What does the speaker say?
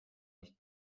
nicht